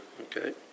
okay